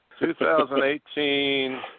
2018